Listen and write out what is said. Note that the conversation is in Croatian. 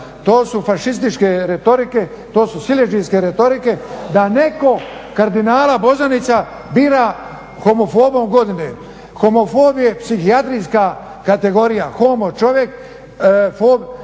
to su fašističke retorike, to su siledžijske retorike da netko kardinala Bozanića bira homofobom godine. Homofob je psihijatrijska kategorija, homo=čovjek, to